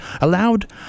allowed